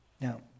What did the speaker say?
Now